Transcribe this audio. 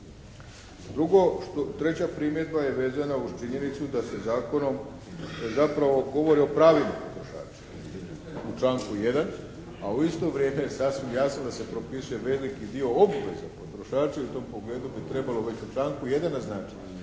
Drugo. Treća primjedba je vezana uz činjenicu da se zakonom zapravo govori o pravima potrošača, u članku 1. a u isto vrijeme je sasvim jasno da se propisuje veliki dio obveza potrošača i u tom pogledu bi trebalo već u članku 1. naznačiti